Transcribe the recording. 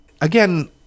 again